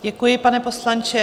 Děkuji, pane poslanče.